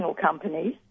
companies